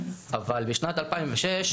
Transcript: אבל בשנת 2006,